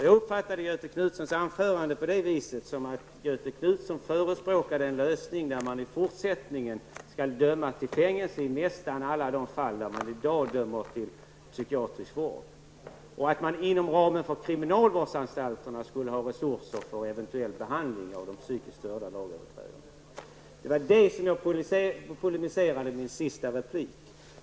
Jag uppfattade Göthe Knutsons anförande på det viset att Göthe Knutson förespråkar en lösning som innebär att man i fortsättningen skall döma till fängelse i nästan alla de fall där man i dag dömer till psykiatrisk vård och att man inom ramen för kriminalvårdsanstalterna skulle ha resurser för eventuell behandling av psykiskt störda lagöverträdare. Det var det jag polemiserade mot.